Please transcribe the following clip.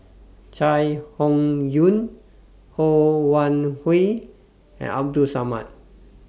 Chai Hon Yoong Ho Wan Hui and Abdul Samad